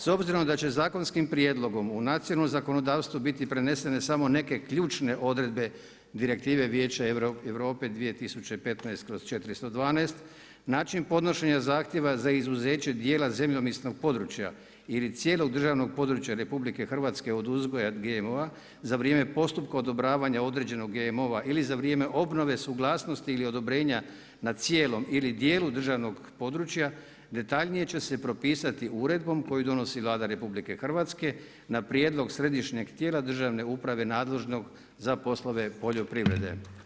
S obzirom da će zakonskim prijedlogom u nacionalno zakonodavstvo biti prenesene samo neke ključne odredbe Direktive vijeće Europe 2015/412, način podnošenje zahtjeva za izuzeće dijela zemljopisnog područja ili cijelog državnog područja RH od uzgoja GMO-a za vrijeme postupka odobravanja određenog GMO, ili za vrijeme obnove, suglasnosti ili odobrenja na ciljem ili dijelu državnog proračuna, detaljnije će se propisati uredbom koju donosi Vlada Republike Hrvatske, na prijedlog Središnjeg tijela državne uprave nadležnog za poslove poljoprivrede.